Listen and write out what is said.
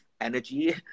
energy